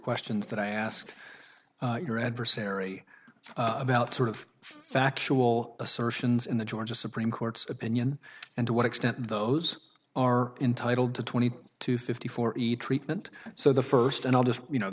questions that i asked your adversary about sort of factual assertions in the georgia supreme court's opinion and to what extent those are entitled to twenty to fifty four treatment so the first and i'll just you